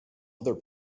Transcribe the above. other